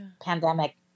pandemic